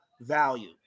value